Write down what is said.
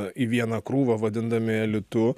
į vieną krūvą vadindami elitu